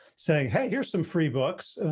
saying, hey, here's some free books.